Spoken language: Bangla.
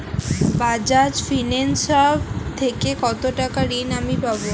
বাজাজ ফিন্সেরভ থেকে কতো টাকা ঋণ আমি পাবো?